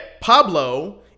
Pablo